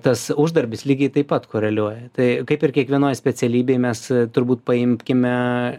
tas uždarbis lygiai taip pat koreliuoja tai kaip ir kiekvienoj specialybėj mes turbūt paimkime